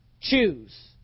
choose